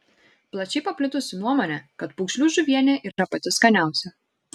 plačiai paplitusi nuomonė kad pūgžlių žuvienė yra pati skaniausia